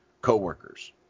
coworkers